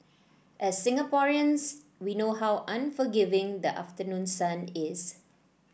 as Singaporeans we know how unforgiving the afternoon sun is